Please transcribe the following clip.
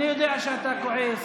אני יודע שאתה כועס.